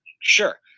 sure